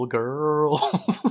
girls